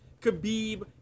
Khabib